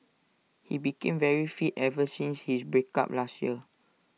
he became very fit ever since his break up last year